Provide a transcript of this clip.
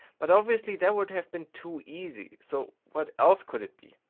but obviously that would have been too easy. so what else could it be?